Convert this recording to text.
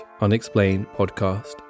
unexplainedpodcast